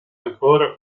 ancora